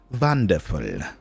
wonderful